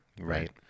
Right